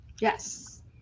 Yes